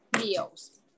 meals